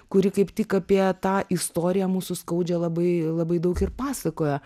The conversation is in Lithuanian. kuri kaip tik apie tą istoriją mūsų skaudžią labai labai daug ir pasakoja